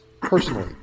personally